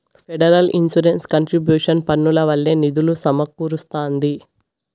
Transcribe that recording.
federal insurance contribution పన్నుల వల్లే నిధులు సమకూరస్తాంది